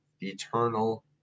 eternal